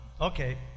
Okay